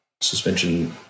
suspension